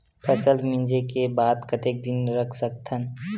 फसल मिंजे के बाद कतेक दिन रख सकथन?